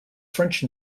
french